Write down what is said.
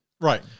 right